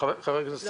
חבר הכנסת סער,